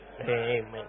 Amen